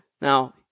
Now